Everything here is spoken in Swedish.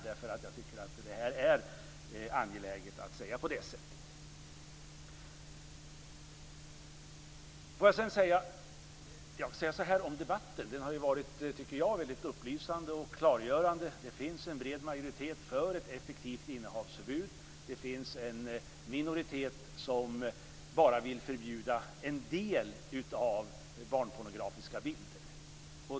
Det är angeläget att säga så. Debatten har varit upplysande och klargörande. Det finns en bred majoritet för ett effektivt innehavsförbud. Det finns en minoritet som bara vill förbjuda en del barnpornografiska bilder.